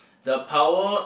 the power